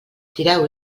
tireu